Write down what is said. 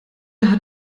hat